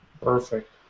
Perfect